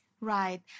Right